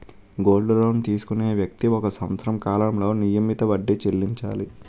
gold loan తీసుకునే వ్యక్తి ఒక సంవత్సర కాలంలో నియమిత వడ్డీ చెల్లించాలి